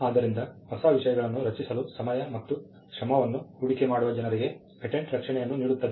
ಆದ್ದರಿಂದ ಹೊಸ ವಿಷಯಗಳನ್ನು ರಚಿಸಲು ಸಮಯ ಮತ್ತು ಶ್ರಮವನ್ನು ಹೂಡಿಕೆ ಮಾಡುವ ಜನರಿಗೆ ಪೇಟೆಂಟ್ ರಕ್ಷಣೆಯನ್ನು ನೀಡುತ್ತದೆ